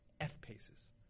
F-Paces